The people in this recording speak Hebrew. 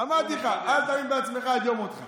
אמרתי לך, אל תאמין בעצמך עד יום מותך.